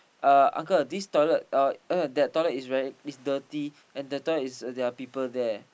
uh uncle this toilet uh that toilet is very is dirty and that toilet is there are people there